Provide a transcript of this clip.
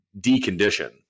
decondition